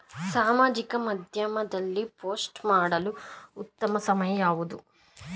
ಸಾಮಾಜಿಕ ಮಾಧ್ಯಮದಲ್ಲಿ ಪೋಸ್ಟ್ ಮಾಡಲು ಉತ್ತಮ ಸಮಯ ಯಾವುದು?